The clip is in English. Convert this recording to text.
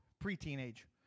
pre-teenage